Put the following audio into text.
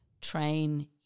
train